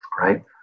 right